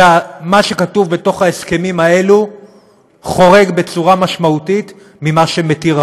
ומה שכתוב בהסכמים האלה חורג בצורה משמעותית ממה שהחוק מתיר,